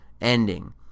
ending